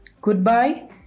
Goodbye